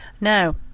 now